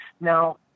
Now